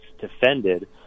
defended